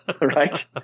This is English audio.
right